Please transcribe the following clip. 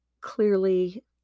clearly